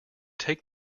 take